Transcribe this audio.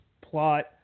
plot